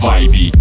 Vibe